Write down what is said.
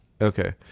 Okay